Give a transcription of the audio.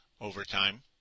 overtime